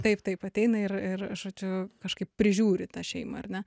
taip taip ateina ir ir žodžiu kažkaip prižiūri tą šeimą ar ne